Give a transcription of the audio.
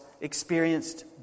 experienced